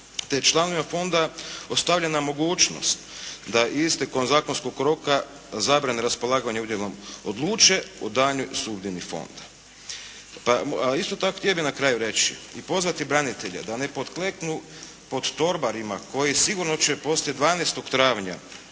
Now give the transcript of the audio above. te članovima Fonda ostavljena mogućnost da istekom zakonskog roka, zabrane raspolaganja udjelom odluče o daljnjoj sudbini Fonda. A isto tako htio bih na kraju reći i pozvati branitelje da ne potkleknu pod torbarima koji sigurno će poslije 12. travnja